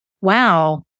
wow